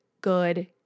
good